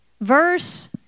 Verse